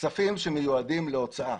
כספים שמיועדים להוצאה